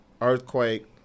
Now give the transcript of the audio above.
Earthquake